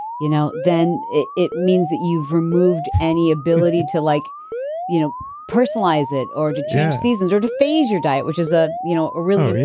you know then it it means that you've removed any ability to like you know personalize it or to change seasons or to phase your diet which is a you know really